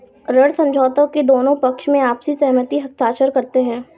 ऋण समझौते में दोनों पक्ष आपसी सहमति से हस्ताक्षर करते हैं